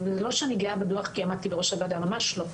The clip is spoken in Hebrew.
לא שאני גאה בדוח, כי עמדתי בראש הוועדה, ממש לא.